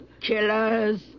Killers